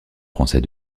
français